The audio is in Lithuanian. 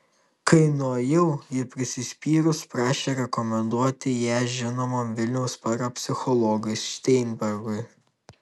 kai nuėjau ji prisispyrus prašė rekomenduoti ją žinomam vilniaus parapsichologui šteinbergui